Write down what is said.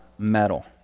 metal